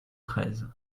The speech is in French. treize